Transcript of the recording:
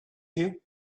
you